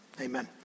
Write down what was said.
Amen